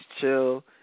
chill